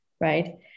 right